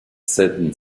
scène